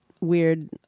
weird